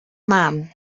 man